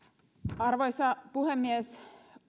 arvoisa puhemies